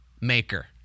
maker